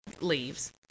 leaves